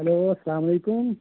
hello السلامُ علیکُم